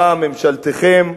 באה ממשלתכם,